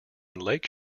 lake